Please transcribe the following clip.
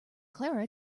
clara